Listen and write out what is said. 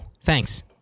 Thanks